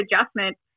adjustment